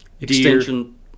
Extension